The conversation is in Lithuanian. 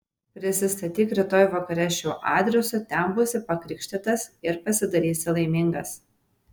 prisistatyk rytoj vakare šiuo adresu ten būsi pakrikštytas ir pasidarysi laimingas